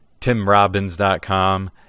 TimRobbins.com